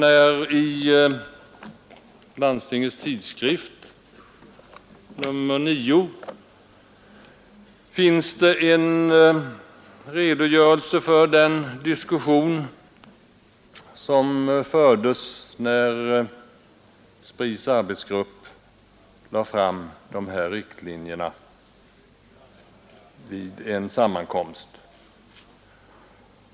I Landstingens Tidskrift nr 9 finns det en redogörelse för en diskussion som fördes när SPRI:s arbetsgrupp lade fram dessa riktlinjer vid en sammankomst.